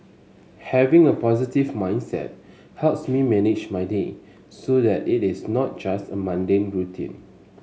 having a positive mindset helps me manage my day so that it is not just a mundane routine